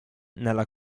nella